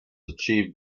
achieved